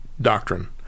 doctrine